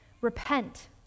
Repent